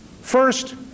First